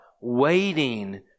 waiting